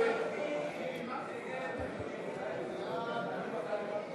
הצעת סיעת העבודה